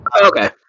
Okay